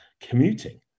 commuting